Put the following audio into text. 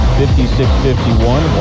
56-51